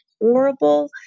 horrible